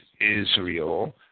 Israel